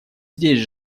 здесь